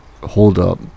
holdup